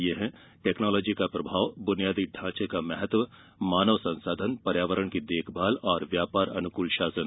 ये हैं टेक्नोंलॉजी का प्रभाव बुनियादी ढांचे का महत्व मानव संसाधन पर्यावरण की देखभाल और व्यापार अनुकूल शासन